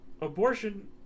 abortion